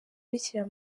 bikira